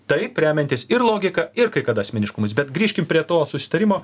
taip remiantis ir logika ir kai kada asmeniškumais bet grįžkim prie to susitarimo